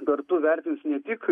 kartu vertins ne tik